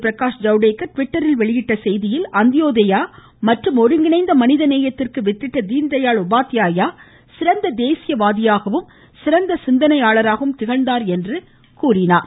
பிரகாஷ் ஜவ்டேகர் டிவிட்டரில் வெளியிட்டுள்ள செய்தியில் அந்தியோதயா மற்றும் ஒருங்கிணைந்த மனித நேயத்திற்கு வித்திட்ட தீன்தயாள் உபாத்யாயா சிறந்த தேசியவாதியாகவும் சிறந்த சிந்தனையாளராகவும் திகழ்ந்தார் எனவும் புகழாரம் சூட்டினார்